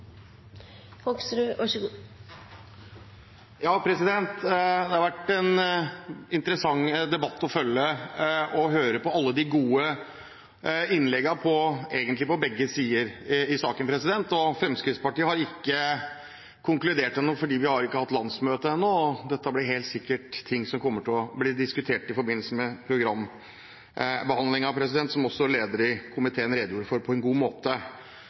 har vært en interessant debatt å følge, å høre på alle de gode innleggene – egentlig fra begge sider – i saken. Fremskrittspartiet har ikke konkludert ennå, for vi har ikke hatt landsmøte ennå. Dette er ting som helt sikkert kommer til å bli diskutert i forbindelse med programbehandlingen, som også lederen i komiteen redegjorde for på en god måte.